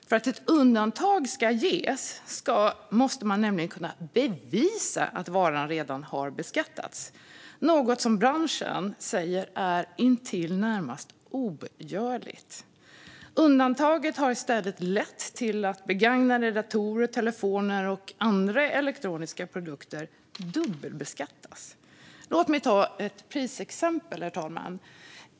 För att ett undantag ska ges måste man nämligen kunna bevisa att varan redan har beskattats - något som branschen säger är i det närmaste ogörligt. Undantaget har i stället lett till att begagnade datorer, telefoner och andra elektroniska produkter dubbelbeskattas. Låt mig ta ett prisexempel.